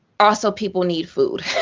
also people need food.